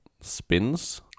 spins